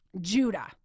Judah